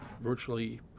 virtually